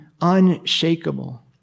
unshakable